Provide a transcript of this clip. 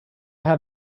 have